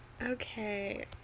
Okay